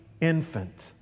infant